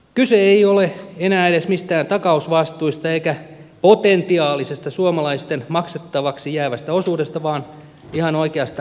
kyse ei ole enää edes mistään takausvastuista eikä potentiaalisesta suomalaisten maksettavaksi jäävästä osuudesta vaan ihan oikeasta rahasta